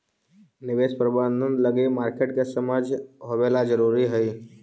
निवेश प्रबंधन लगी मार्केट के समझ होवेला जरूरी हइ